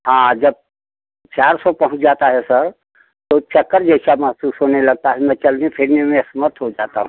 हाँ जब चार सौ पहुँच जाता है सर तो चक्कर जैसा महसूस होने लगता है मैं चलने फिरने में असमर्थ हो जाता हूँ